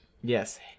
Yes